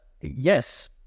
yes